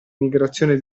migrazione